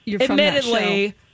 admittedly